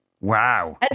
Wow